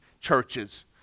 churches